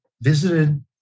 visited